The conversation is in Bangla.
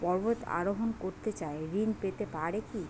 পর্বত আরোহণ করতে চাই ঋণ পেতে পারে কি?